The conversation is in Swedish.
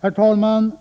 Herr talman!